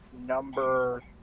number